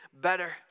better